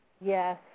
Yes